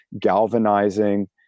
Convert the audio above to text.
galvanizing